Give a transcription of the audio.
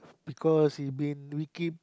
because he been we keep